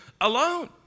alone